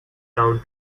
town